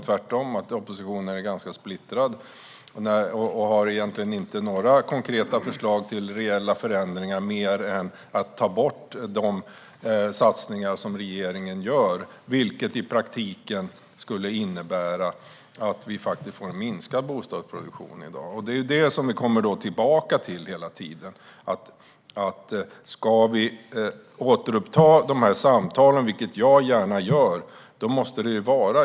Tvärtom är oppositionen ganska splittrad och har egentligen inte några konkreta förslag på reella förändringar, mer än att ta bort de satsningar som regeringen gör. I praktiken skulle det innebära att vi får minskad bostadsproduktion. Det kommer hela tiden tillbaka till att det måste vara någonting rejält och reellt, om vi ska återuppta samtalen, vilket jag gärna gör.